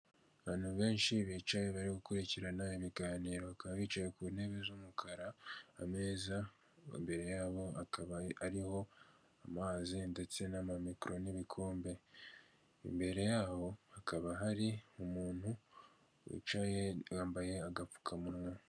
Umuhanda nyabagendwa, bigaragara ko harimo imoto n'umumotari uyitwaye, kandi kumpande zaho hakaba harimo inzu zisaza neza cyane zifite amarange y'umweru, kandi imbere yazo hakaba hagiye hari indabo nziza cyane.